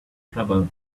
trouble